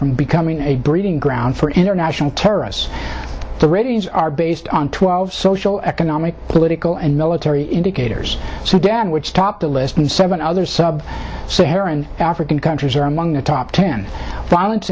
from becoming a breeding ground for international terrorists the readings are based on twelve social economic political and military indicators so again which top the list and seven other sub saharan african countries are among the top ten violence